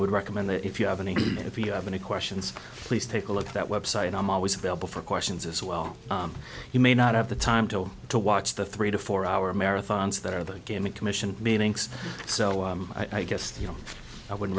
would recommend that if you have any if you have any questions please take a look at that website and i'm always available for questions as well you may not have the time to go to watch the three to four hour marathons that are the gaming commission meetings so i guess you know i would